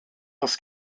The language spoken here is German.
das